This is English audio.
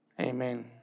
Amen